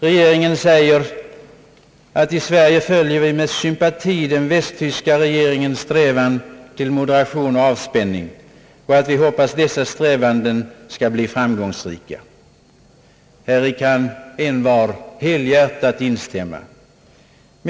Regeringen säger: »I Sverige följer vi med sympati den västtyska regeringens strävan till moderation och avspänning. Vi hoppas att dessa strävanden skall bli framgångsrika.» Häri kan envar helhjärtat instämma.